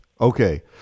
Okay